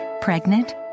Pregnant